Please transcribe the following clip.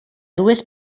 dues